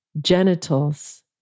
genitals